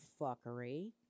fuckery